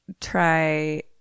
try